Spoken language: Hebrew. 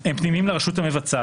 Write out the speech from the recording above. הם פנימיים לרשות המבצעת.